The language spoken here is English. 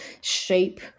shape